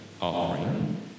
offering